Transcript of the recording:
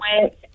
went